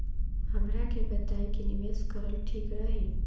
हमरा के बताई की निवेश करल ठीक रही?